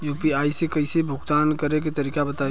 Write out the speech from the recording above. UPI से पईसा भुगतान करे के तरीका बताई?